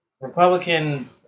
Republican